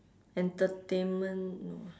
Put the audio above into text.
entertainment no ah